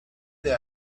they